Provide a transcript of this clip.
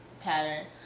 pattern